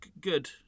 good